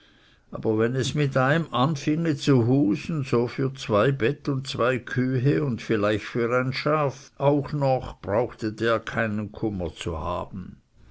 aber wenn es mit eim anfinge zu husen so für zwei bett und zwei kühe und vielleicht für ein schaf auch noch brauchte der keinen kummer zu haben